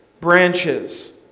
branches